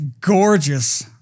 gorgeous